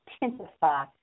intensify